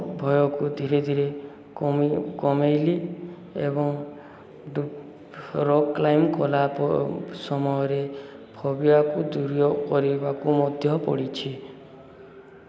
ଭୟକୁ ଧୀରେ ଧୀରେ କମାଇଲି ଏବଂ ରକ୍ କ୍ଲାଇବ୍ କଲା ସମୟରେ ଦୂର କରିବାକୁ ମଧ୍ୟ ପଡ଼ିଛି